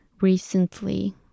recently